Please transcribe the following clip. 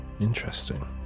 Interesting